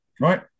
right